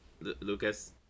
Lucas